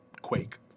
Quake